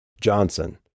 Johnson